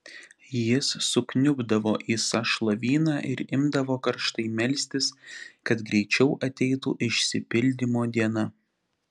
jis sukniubdavo į sąšlavyną ir imdavo karštai melstis kad greičiau ateitų išsipildymo diena